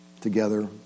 together